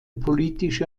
politische